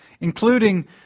including